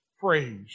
phrase